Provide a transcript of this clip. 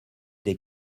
des